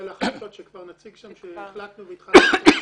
להחלטות שכבר נציג שם שהחלטנו והתחלנו לעשות.